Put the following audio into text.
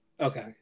Okay